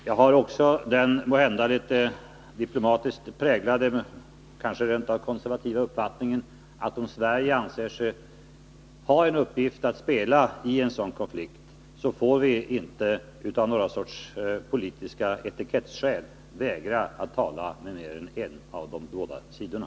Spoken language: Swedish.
Jag har också måhända den litet diplomatiskt präglade, kanske rent av konservativa uppfattningen att om Sverige anser sig ha en roll att spela i en sådan konflikt, får vi inte av några sorts politiska etikettsskäl vägra att tala med mer än en av de båda sidorna.